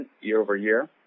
year-over-year